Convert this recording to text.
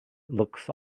looks